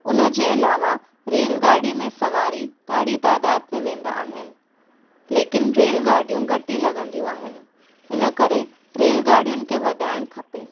उन जे अलावा रेल गाॾिअ में सवारी ॾाढी तादात में वेन्दा आहिनि लेकिन रेलगाॾियूं घटु ही लघिन्दियुं आहिनि इन करे रेल गाॾियुनि खे वधाईण